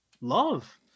love